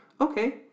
okay